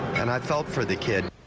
and i felt for the kid.